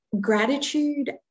gratitude